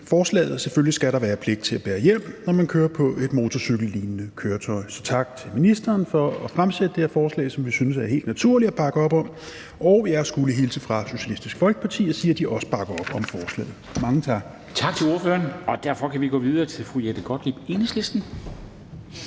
forslaget, og selvfølgelig skal der være pligt til at bære hjelm, når man kører på et motorcykellignende køretøj. Så tak til ministeren for at fremsætte det her forslag, som vi synes er helt naturligt at bakke op om. Jeg skulle hilse fra Socialistisk Folkeparti og sige, at de også bakker op om forslaget. Mange tak.